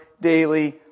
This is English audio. daily